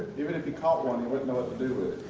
even if he caught one he wouldn't know what to do with it.